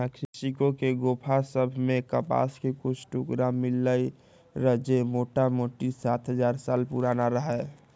Mexico के गोफा सभ में कपास के कुछ टुकरा मिललइ र जे मोटामोटी सात हजार साल पुरान रहै